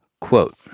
Quote